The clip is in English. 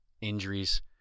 Injuries